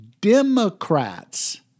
Democrats